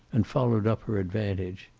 and followed up her advantage.